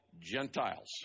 Gentiles